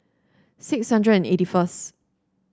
six hundred and eighty first